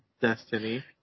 Destiny